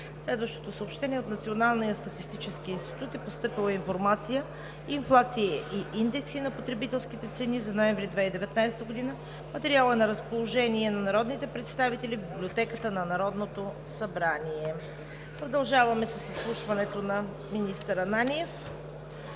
Народното събрание. От Националния статистически институт е постъпила информация „Инфлация и индекси на потребителските цени за ноември 2019 г.“. Материалът е на разположение на народните представители в Библиотеката на Народното събрание. Продължаваме с: ИЗСЛУШВАНЕ НА